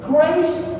Grace